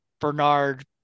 Bernard